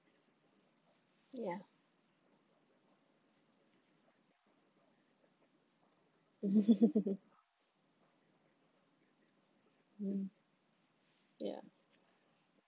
ya hmm ya